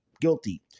guilty